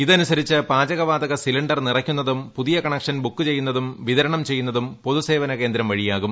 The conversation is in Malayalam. ഇതനുസരിച്ച് പാച്കു പ്പാതക സിലിണ്ടർ നിറയ്ക്കുന്നതും പുതിയ കണക്ഷൻ ബൂക്ക് ചെയ്യുന്നതും വിതരണം ചെയ്യുന്നതും പൊതു സേവനകേന്ദ്ർ വഴിയാകും